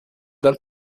dal